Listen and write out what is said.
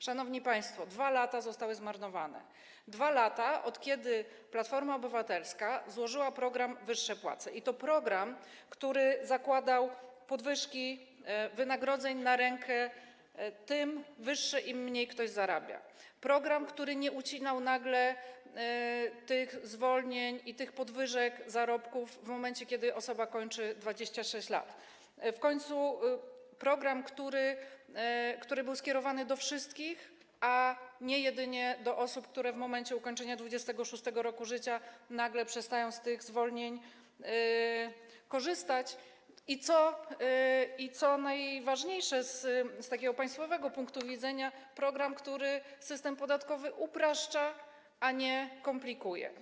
Szanowni państwo, 2 lata zostały zmarnowane od momentu, kiedy Platforma Obywatelska złożyła program „Wyższe płace”, który zakładał podwyżki wynagrodzeń na rękę tym wyższe, im mniej ktoś zarabia, program, który nie ucinał nagle zwolnień i podwyżek zarobków w momencie, kiedy osoba kończy 26 lat, w końcu program, który był skierowany do wszystkich, a nie jedynie do pewnej grupy osób, które w momencie ukończenia 26. roku życia nagle przestaną z tych zwolnień korzystać, i co najważniejsze, z państwowego punktu widzenia, program, który system podatkowy upraszcza, a nie komplikuje.